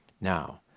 Now